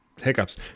Hiccups